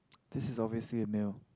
this is obviously a male